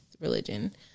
religion